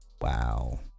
Wow